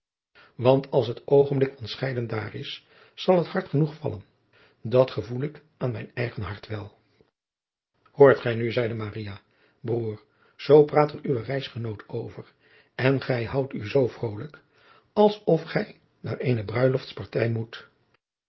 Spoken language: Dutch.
want als het oogenblik van scheiden daar is zal het hard genoeg vallen dat gevoel ik aan mijn eigen hart wel hoort gij nu zeide maria broêr zoo praat er uw reisgenoot over en gij houdt u zoo vrolijk als of gij naar eene bruiloftspartij moet